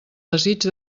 desig